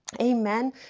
Amen